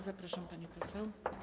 Zapraszam, pani poseł.